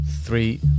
three